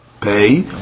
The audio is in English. pay